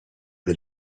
del